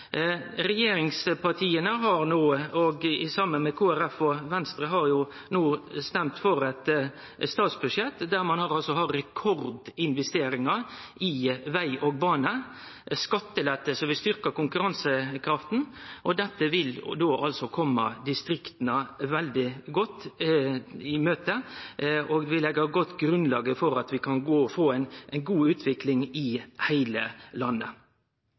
Regjeringspartia har no saman med Kristeleg Folkeparti og Venstre stemt for eit statsbudsjett der ein har rekordinvesteringar i veg og bane og skattelette som vil styrkje konkurransekrafta. Dette vil kome distrikta veldig godt i møte, og vi legg eit godt grunnlag for å få ei god utvikling i heile landet.